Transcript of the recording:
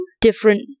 different